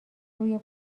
روی